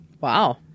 Wow